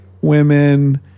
women